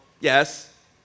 Yes